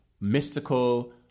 mystical